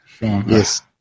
Yes